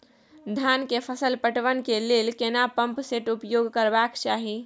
धान के फसल पटवन के लेल केना पंप सेट उपयोग करबाक चाही?